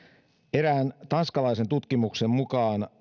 erään tanskalaisen tutkimuksen mukaan